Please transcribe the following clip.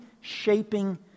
shaping